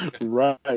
Right